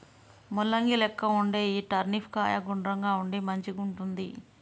ముల్లంగి లెక్క వుండే ఈ టర్నిప్ కాయ గుండ్రంగా ఉండి మంచిగుంటది